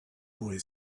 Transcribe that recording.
boy